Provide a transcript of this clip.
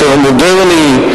יותר מודרני,